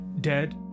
dead